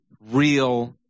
real